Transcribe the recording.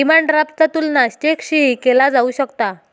demand ड्राफ्टचा तुलना चेकशीही केला जाऊ शकता